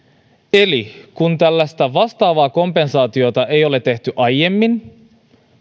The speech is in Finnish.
eli kun tällaista vastaavaa kompensaatiota ei ole tehty aiemmin